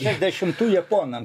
šešdešimtų japonam